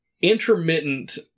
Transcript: intermittent